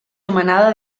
nomenada